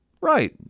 right